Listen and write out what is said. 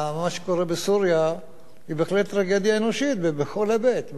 מה שקורה בסוריה הוא בהחלט טרגדיה אנושית בכל היבט.